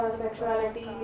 sexuality